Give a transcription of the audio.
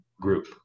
group